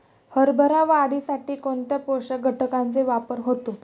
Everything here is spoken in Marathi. हरभरा वाढीसाठी कोणत्या पोषक घटकांचे वापर होतो?